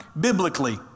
biblically